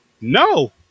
No